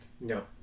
No